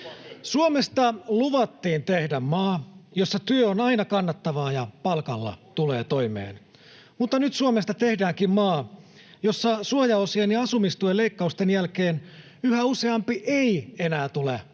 Suomesta luvattiin tehdä maa, jossa työ on aina kannattavaa ja palkalla tulee toimeen. Mutta nyt Suomesta tehdäänkin maa, jossa suojaosien ja asumistuen leikkausten jälkeen yhä useampi ei enää tule